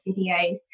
videos